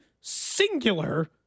singular